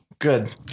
Good